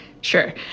Sure